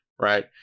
right